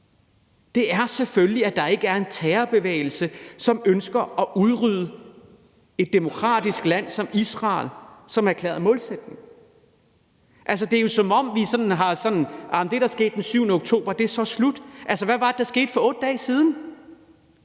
er selvfølgelig som minimum, at der ikke er en terrorbevægelse, som ønsker at udrydde et demokratisk land som Israel og har det som erklæret målsætning. Det er jo, som om det, der skete den 7. oktober, så er slut. Altså, hvad var det, der skete for 8 dage siden?